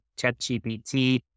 ChatGPT